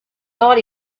thought